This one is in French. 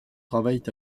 travaillent